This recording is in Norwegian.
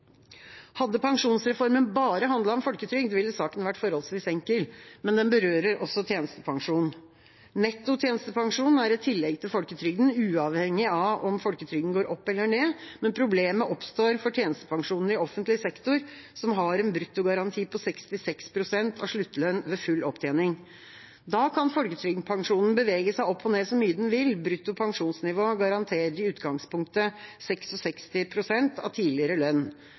Hadde pensjonsreformen bare handlet om folketrygd, ville saken vært forholdsvis enkel, men den berører også tjenestepensjon. Netto tjenestepensjon er et tillegg til folketrygden, uavhengig av om folketrygden går opp eller ned. Problemet oppstår for tjenestepensjonene i offentlig sektor, som har en brutto garanti på 66 pst. av sluttlønn ved full opptjening. Da kan folketrygdpensjonen bevege seg opp og ned så mye den vil – brutto pensjonsnivå garanterer i utgangspunktet 66 pst. av tidligere lønn.